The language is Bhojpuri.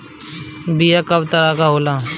बीया कव तरह क होला?